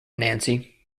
nancy